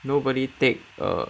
nobody take the